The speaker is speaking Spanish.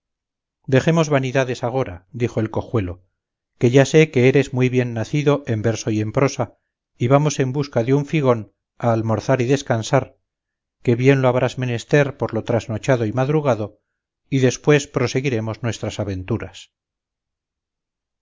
dejemos vanidades agora dijo el cojuelo que ya sé que eres muy bien nacido en verso y en prosa y vamos en busca de un figón a almorzar y descansar que bien lo habrás menester por lo trasnochado y madrugado y después proseguiremos nuestras aventuras